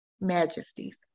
majesties